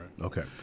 Okay